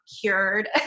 cured